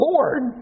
Lord